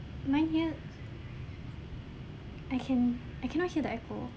mine here I can I cannot hear the echo